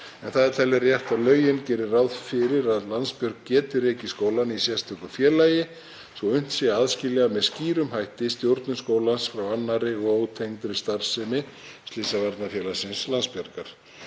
en talið er rétt að lögin geri ráð fyrir að Landsbjörg geti rekið skólann í sérstöku félagi svo unnt sé að aðskilja með skýrum hætti stjórnun skólans frá annarri og ótengdri starfsemi Slysavarnafélagsins Landsbjargar.